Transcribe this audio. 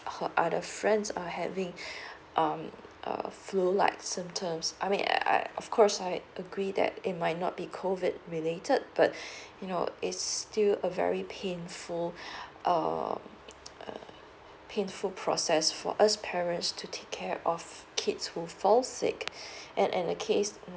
other friends are having um a flu like symptoms I mean I of course I agree that it might not be COVID related but you know uh it's still a very painful um uh painful process for us parents to take care of kids who fall sick and and the case